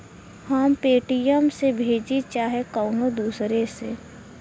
हम पेटीएम से भेजीं चाहे कउनो दूसरे से